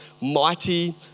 Mighty